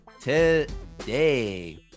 today